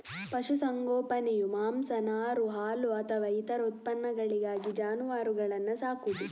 ಪಶು ಸಂಗೋಪನೆಯು ಮಾಂಸ, ನಾರು, ಹಾಲು ಅಥವಾ ಇತರ ಉತ್ಪನ್ನಗಳಿಗಾಗಿ ಜಾನುವಾರುಗಳನ್ನ ಸಾಕುದು